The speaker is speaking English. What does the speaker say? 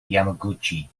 yamaguchi